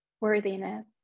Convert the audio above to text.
worthiness